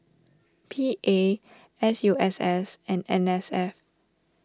P A S U S S and N S F